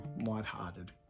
white-hearted